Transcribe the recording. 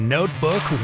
Notebook